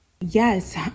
Yes